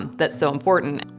that's so important.